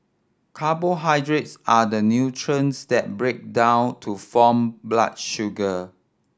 carbohydrates are the nutrients that break down to form blood sugar